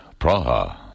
Praha